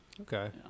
Okay